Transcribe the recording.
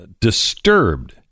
disturbed